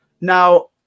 now